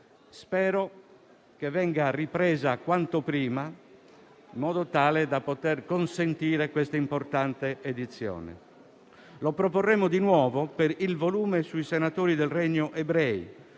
Spero che venga ripresa quanto prima, in modo tale da consentire questa importante edizione. Lo proporremo di nuovo per il volume sui senatori del regno ebrei,